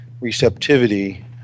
receptivity